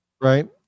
right